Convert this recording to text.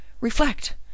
Reflect